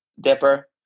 Dipper